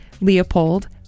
Leopold